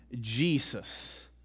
Jesus